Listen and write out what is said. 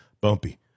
Bumpy